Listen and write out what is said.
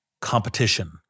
competition